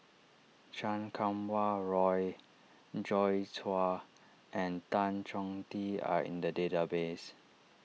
Chan Kum Wah Roy Joi Chua and Tan Choh Tee are in the database